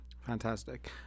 Fantastic